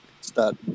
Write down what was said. start